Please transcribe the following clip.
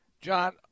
John